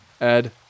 Ed